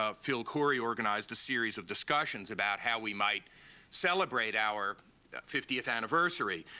ah phil khoury organized a series of discussions about how we might celebrate our fiftieth anniversary.